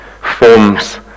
forms